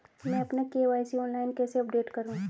मैं अपना KYC online कैसे अपडेट करूँ?